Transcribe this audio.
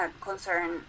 concern